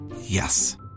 Yes